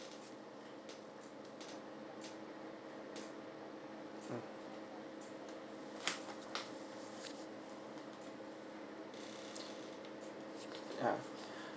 mm yeah